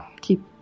keep